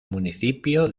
municipio